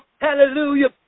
hallelujah